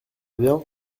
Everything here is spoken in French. bien